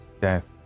death